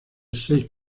seis